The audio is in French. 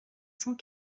cent